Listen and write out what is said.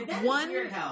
One